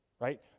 right